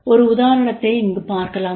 ஒரு உதாரணத்தை இங்கு பார்க்கலாம்